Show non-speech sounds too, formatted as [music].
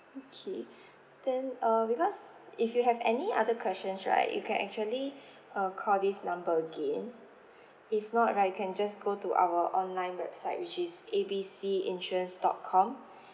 okay [breath] then uh because if you have any other questions right you can actually [breath] uh call this number again [breath] if not right you can just go to our online website which is A B C insurance dot com [breath]